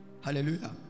Hallelujah